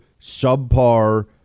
subpar